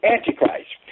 Antichrist